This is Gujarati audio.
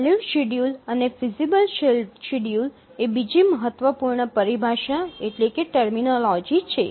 વેલિડ શેડ્યૂલ અને ફિઝીબલ શેડ્યૂલ એ બીજી મહત્વપૂર્ણ પરિભાષા છે